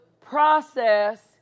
process